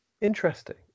Interesting